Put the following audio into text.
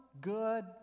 good